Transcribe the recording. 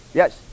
yes